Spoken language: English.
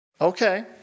Okay